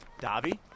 Davi